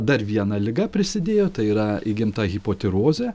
dar viena liga prisidėjo tai yra įgimta hipotirozė